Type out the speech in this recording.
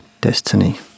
destiny